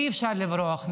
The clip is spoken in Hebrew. אי-אפשר לברוח מזה.